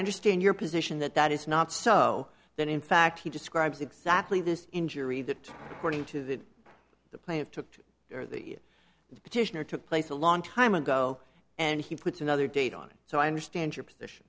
understand your position that that is not so that in fact he describes exactly this injury that according to the play of took the petitioner took place a long time ago and he puts another date on it so i understand your position